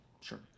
Sure